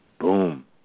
boom